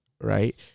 Right